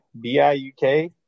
B-I-U-K